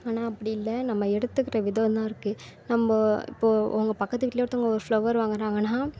ஆனால் அப்படி இல்லை நம்ம எடுத்துக்கிற விதந்தான் இருக்குது நம்ம இப்போ உங்கள் பக்கத்து வீட்டுலேயே ஒருத்தங்க ஒரு ஃப்ளவர் வாங்குகிறாங்கனா